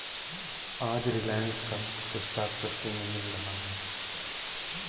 आज रिलायंस का स्टॉक सस्ते में मिल रहा है